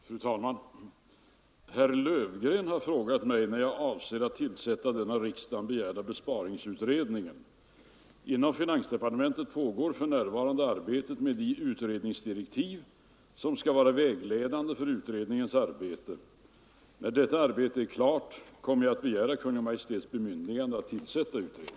Fru talman! Herr Löfgren har frågat mig när jag avser att tillsätta den av riksdagen begärda besparingsutredningen. Inom finansdepartementet pågår för närvarande arbetet med de utredningsdirektiv som skall vara vägledande för utredningens arbete. När detta arbete är klart kommer jag att begära Kungl. Maj:ts bemyndigande att tillsätta utredningen.